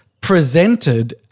presented